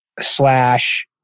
slash